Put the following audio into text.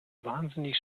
wahnsinnig